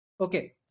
Okay